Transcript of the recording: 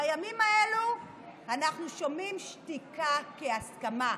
בימים אלו אנחנו שומעים שתיקה כהסכמה,